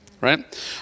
right